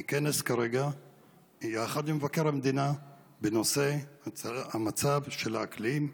מכנס יחד עם מבקר המדינה בנושא המצב של האקלים,